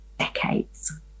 decades